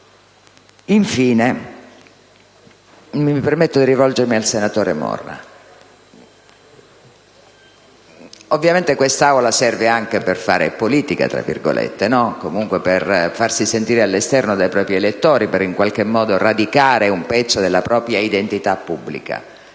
Infine, mi permetto di rivolgermi al senatore Morra. Ovviamente quest'Aula serve anche per fare politica, diciamo così, comunque per farsi sentire all'esterno dai propri elettori, per radicare in qualche modo un pezzo della propria identità pubblica.